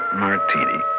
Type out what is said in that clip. martini